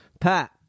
Pat